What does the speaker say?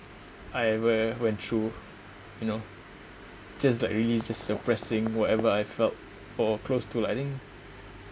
I ever went through you know just like really just suppressing whatever I felt for close to like I think